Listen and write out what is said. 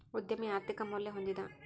ಉದ್ಯಮಿ ಆರ್ಥಿಕ ಮೌಲ್ಯ ಹೊಂದಿದ